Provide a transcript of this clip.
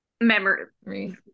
memory